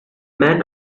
man